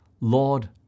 Lord